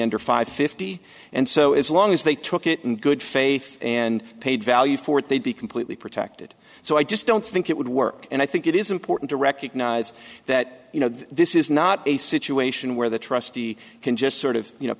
under five fifty and so it's long as they took it in good faith and paid value for it they'd be completely protected so i just don't think it would work and i think it is important to recognize that you know this is not a situation where the trustee can just sort of you know